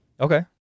Okay